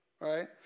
right